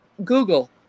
Google